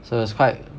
so it's quite